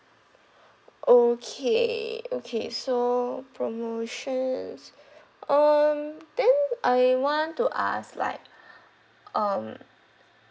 okay okay so promotions um then I want to ask like um